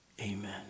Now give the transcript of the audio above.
Amen